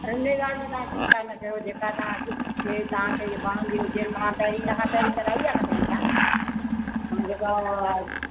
हुन लाइ बि तव्हां चिंता न कयो जेका तव्हां अॼु शइ तव्हांखे वणंदी हुजे तव्हां पहिरीं हिन पहिरीं कराई आहे कॾहिं छा हाणे जेका